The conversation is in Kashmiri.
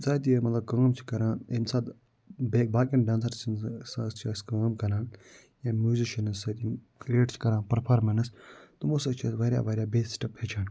ییٚمہِ ساتہٕ یہِ مطلب کٲم چھِ کران أمۍ ساتہٕ بیک باقِیَن ڈانسَر سٕنٛز سۭتۍ چھِ أسۍ کٲم کران یا میوٗزِشَنَس سۭتۍ یِم کریٹ چھِ کران پٕرفارمیٚنٕس تمَو سۭتۍ چھِ أسۍ واریاہ واریاہ بیٚیہِ سِٹیٚپ ہٮ۪چھان